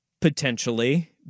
potentially